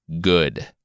Good